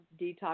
detox